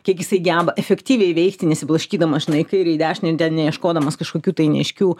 kiek jisai geba efektyviai veikti nesiblaškydamas žinai į kairę į dešinę ten neieškodamas kažkokių tai neaiškių